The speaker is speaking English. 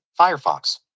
Firefox